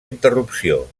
interrupció